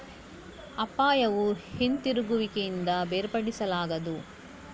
ಅಪಾಯವು ಹಿಂತಿರುಗುವಿಕೆಯಿಂದ ಬೇರ್ಪಡಿಸಲಾಗದು